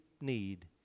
need